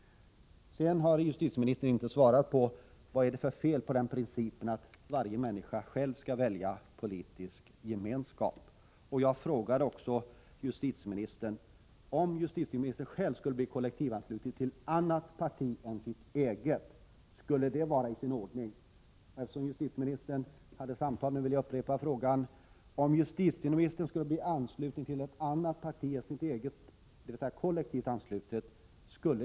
Justitieministern har alltså inte svarat på frågan vad det är för fel på principen att varje människa själv skall välja politisk gemenskap. Jag frågade också: Om justitieministern själv skulle bli kollektivansluten till annat parti än sitt eget, skulle det vara i sin ordning enligt justitieministerns sätt att se?